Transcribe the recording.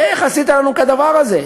איך עשית לנו כדבר הזה?